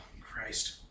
Christ